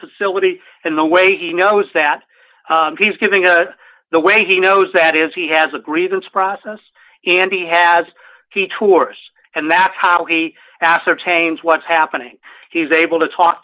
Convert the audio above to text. facility and the way he knows that he's giving us the way he knows that is he has a grievance process and he has the tourists and that's how he ascertained what's happening he's able to talk